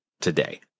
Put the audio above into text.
today